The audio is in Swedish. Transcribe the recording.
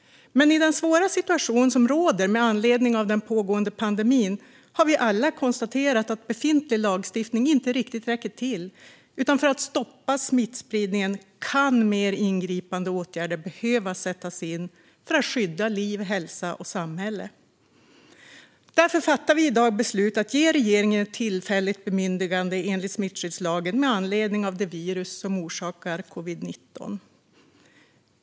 Men i den svåra situation som råder med anledning av den pågående pandemin har vi alla konstaterat att befintlig lagstiftning inte riktigt räcker till. För att stoppa smittspridningen kan mer ingripande åtgärder behöva sättas in för att skydda liv, hälsa och samhälle, och därför fattar vi i dag beslutet att ge regeringen ett tillfälligt bemyndigande enligt smittskyddslagen med anledning av det virus som orsakar covid-19.